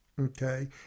Okay